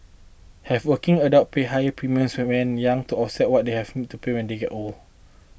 have working adults pay higher premiums when young to offset what they haven't to pay when they get old